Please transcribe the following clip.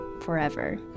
forever